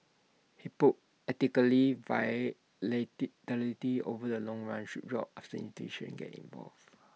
hypothetically over the long run should drop after institutions get involved